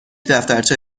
دفترچه